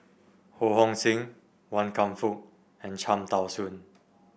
Ho Hong Sing Wan Kam Fook and Cham Tao Soon